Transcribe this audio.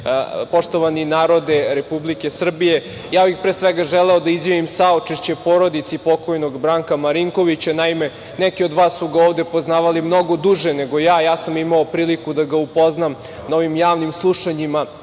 poštovani narode Republike Srbije, ja bih, pre svega, želeo da izjavim saučešće porodici pokojnog Branka Marinkovića. Naime, neki od vas su ga ovde poznavali mnogo duže nego ja. Ja sam imao priliku da ga upoznam na ovim javnim slušanjima